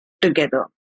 together